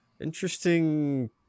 interesting